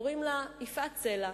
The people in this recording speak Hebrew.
קוראים לה יפעת סלע,